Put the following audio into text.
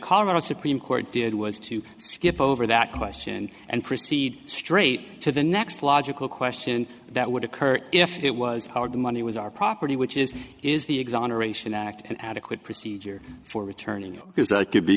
colorado supreme court did was to skip over that question and proceed straight to the next logical question that would occur if it was hard money was our property which is is the exoneration act an adequate procedure for returning because that could be